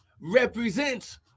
represents